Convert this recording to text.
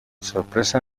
sorpresa